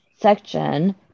section